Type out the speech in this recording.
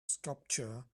sculpture